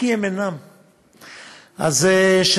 כי הם אינם.